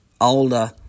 older